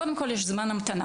קודם כול יש זמן המתנה,